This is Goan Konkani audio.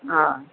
आं